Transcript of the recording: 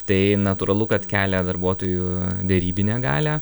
tai natūralu kad kelia darbuotojų derybinę galią